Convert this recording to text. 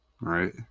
right